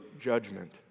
judgment